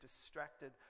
distracted